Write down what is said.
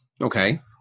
okay